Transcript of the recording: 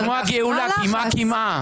זה כמו הגאולה, קמעא קמעא.